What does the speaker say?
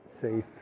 safe